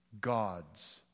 God's